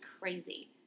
crazy